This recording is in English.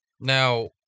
Now